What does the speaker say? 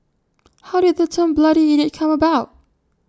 how did the term bloody idiot come about